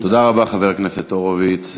תודה רבה, חבר הכנסת הורוביץ.